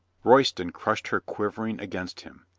royston crushed her quivering against him.